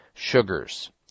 sugars